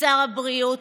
ושר הבריאות,